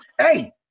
Hey